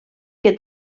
que